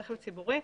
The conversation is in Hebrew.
רכב ציבורי,